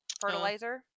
fertilizer